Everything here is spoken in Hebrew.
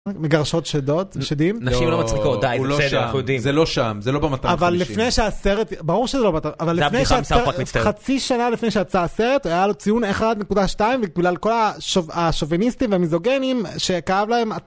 מגרשות שדות ושדים. נשים לא מצחיקות, די, הוא לא שם, זה לא שם. זה לא במטר חדשי. חצי שנה לפני שיצא הסרט, היה לו ציון 1.2 בגלל כל השוביניסטים והמיזוגנים שכאב להם.